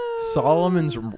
Solomon's